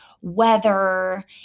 weather